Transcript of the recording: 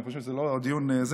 לא הודיעו.